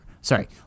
Sorry